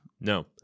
No